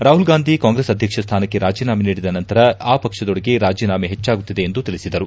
ರಾಹುಲ್ ಗಾಂಧಿ ಕಾಂಗ್ರೆಸ್ ಅಧ್ಯಕ್ಷ ಸ್ವಾನಕ್ಕೆ ರಾಜೀನಾಮೆ ನೀಡಿದ ನಂತರ ಆ ಪಕ್ಷದೊಳಗೆ ರಾಜೀನಾಮೆ ಹೆಚ್ಚಾಗುತ್ತಿದೆ ಎಂದು ತಿಳಿಸಿದರು